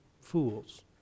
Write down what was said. Fools